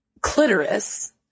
clitoris